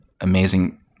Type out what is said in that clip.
amazing